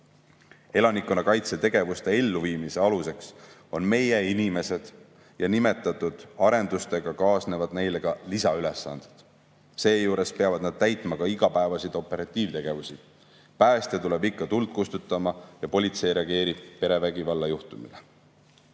Elanikkonnakaitse tegevuste elluviimise aluseks on meie inimesed ja nimetatud arendustega kaasnevad neile ka lisaülesanded. Seejuures peavad nad täitma ka igapäevaseid operatiiv[ülesandeid]. Päästja tuleb ikka tuld kustutama ja politsei reageerib perevägivallajuhtumile. Varasem